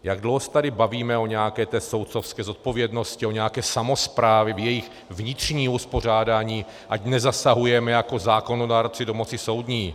Jak dlouho se tady bavíme o nějaké té soudcovské zodpovědnosti, o nějaké samosprávě v jejím vnitřním uspořádání, ať nezasahujeme jako zákonodárci do moci soudní.